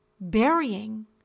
Burying